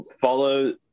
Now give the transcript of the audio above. follow –